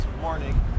morning